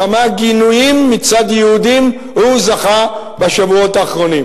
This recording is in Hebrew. לכמה גינויים מצד יהודים הוא זכה בשבועות האחרונים?